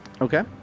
Okay